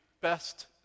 best